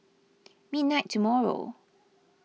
midnight tomorrow